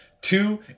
Two